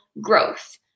growth